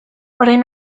orain